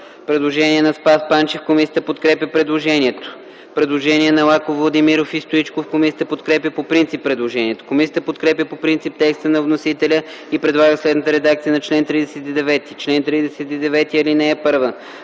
Предложение на Спас Панчев. Комисията подкрепя предложението. Предложение на Лаков, Владимиров и Стоичков. Комисията подкрепя по принцип предложението. Комисията подкрепя по принцип текста на вносителя и предлага следната редакция на чл. 39: „Чл. 39.